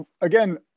again